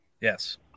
Yes